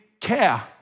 care